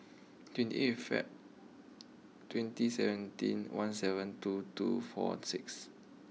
twenty eight Feb twenty seventeen one seven two two four six